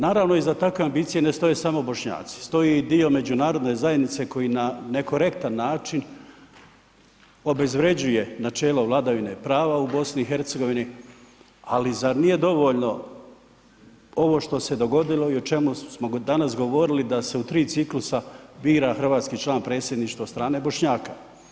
Naravno iza takve ambicije ne stoje samo Bošnjaci, stoji i dio međunarodne zajednice koji na nekorektan način obezvređuje načelo vladavine prava u BiH, ali zar nije dovoljno ovo što se dogodilo i ovo o čemu smo danas govorili da se u tri ciklusa bira hrvatski član predsjedništva od strane Bošnjaka.